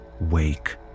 Wake